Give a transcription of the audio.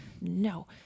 No